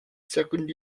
second